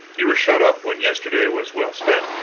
ye were shut up when yesterday was well spent.